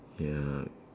ya